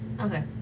Okay